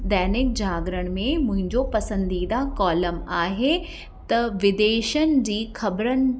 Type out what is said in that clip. दैनिक जागरण में मुंहिंजो पसंदीदा कॉलम आहे त विदेशनि जी ख़़बरनि